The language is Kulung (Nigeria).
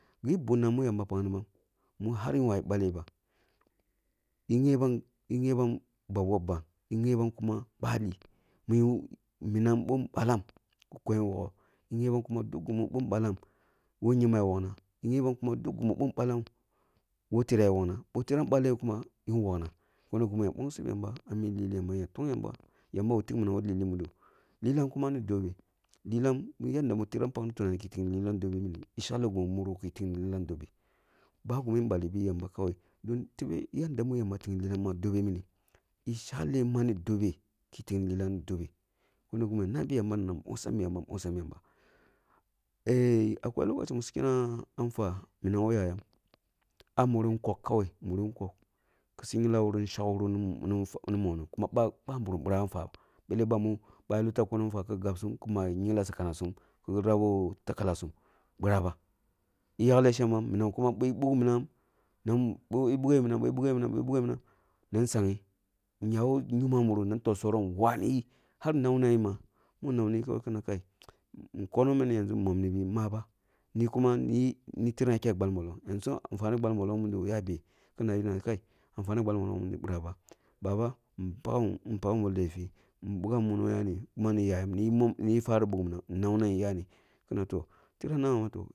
Gi bunna mi yamba pakmibam mi har eh wawi balleh ba, eh nghebam ngheban ba wobban, eh nghebam kuma bali min minan boh balam ku ko wogho, eh ngheban kuma gimi duk bin balam, who kyembam ya wokna eh nghebam kuma gimi bon bdam, who tiram ya wokna, boh tiram balleh kuma yin wokna, mini ni gimi ya nbongsi yamba ah mi lileh muno, ya tung yamba minam ya tung yamba, yamba we tak minam who tili mido. Lilam kuma ni dobe, lilan yanda mi tiram pakni tunani ki tikni lilam ni dobe mini, eh shekleh gimi muro ki tikni lilam ni dobe mmi, ba gimi ballibi yamba kawai tebe eh shekleh yadda mi tikni lilam ni dobe. Eh shukleh man ni dobe ki tikni lilam ni dobe. Mini ni gimi na ya nbongsi yamba na rabi yamba ma nbongsambu yamba nbongsa bi yamba. akwai lokaci musu kenneh fah, minam who yagum, ah muri nkog kawai, kuri nkog kusi nghingla shek wura ni monoh, kuma bairim bīrah fah ba, belleh bami ya rata kuni fa ki gabsum, kuma ngyimngla ah sakanasum ki rabi sakanasum ku rabi talakirasum biraba, eh yakleh shembem minam kuma bi buk minam, bi buka minan bukeminam boi bugaminam boi bugaminam boi bugeminam nan nsanyi, eh ya who yumma muruk na fol soroh na waniyi har bonambi mun nawruyi ma, kina kaí, konoh mina min momnibi, maba kuma ni tiram ya kya gbal mollong yamʒu, anfane gbal mollong mude ya beh? Kina kai anfane gbal mollong mudo biraba, baba ehn paghabo paghambo lefi ehn bibugham muno yani kuma ni yayim ni yi fan buk minam, nawnamyi yani kina toh, tiram nabam ma toh.